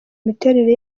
imiterere